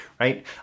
right